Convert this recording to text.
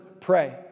Pray